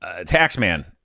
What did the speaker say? Taxman